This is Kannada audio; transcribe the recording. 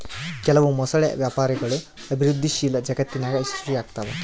ಕೆಲವು ಮೊಸಳೆ ವ್ಯಾಪಾರಗಳು ಅಭಿವೃದ್ಧಿಶೀಲ ಜಗತ್ತಿನಾಗ ಯಶಸ್ವಿಯಾಗ್ತವ